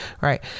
right